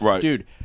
Dude